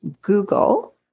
Google